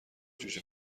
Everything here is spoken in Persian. جوجه